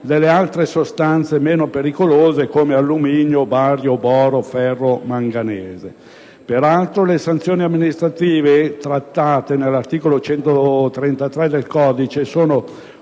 della altre sostanze meno pericolose, come alluminio, bario, boro, ferro, manganese. Peraltro, le sanzioni amministrative, trattate nell'articolo 133 del codice, sono